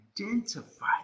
identify